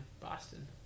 Boston